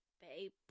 babe